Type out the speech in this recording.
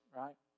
right